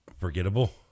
Forgettable